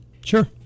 Sure